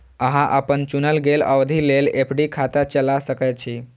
अहां अपन चुनल गेल अवधि लेल एफ.डी खाता चला सकै छी